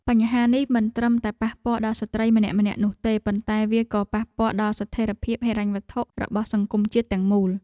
បញ្ហានេះមិនត្រឹមតែប៉ះពាល់ដល់ស្ត្រីម្នាក់ៗនោះទេ ប៉ុន្តែវាក៏ប៉ះពាល់ដល់ស្ថិរភាពហិរញ្ញវត្ថុរបស់សង្គមជាតិទាំងមូល។